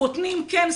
בוטנים כן,